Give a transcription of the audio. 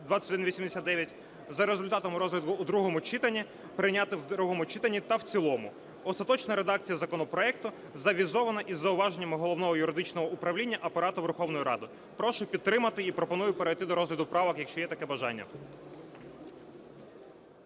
2089) за результатом розгляду в другому читанні прийняти в другому читанні та в цілому. Остаточна редакція законопроекту завізована із зауваженнями Головного юридичного управління Апарату Верховної Ради. Прошу підтримати. І пропоную перейти до розгляду правок, якщо є таке бажання.